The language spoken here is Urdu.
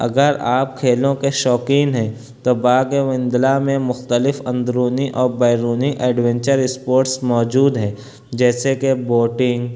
اگر آپ کھیلوں کے شوقین ہیں تو باغ وندلہ میں مختلف اندرونی اور بیرونی ایڈوینچر اسپورٹس موجود ہیں جیسے کہ بوٹنگ